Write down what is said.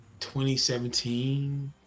2017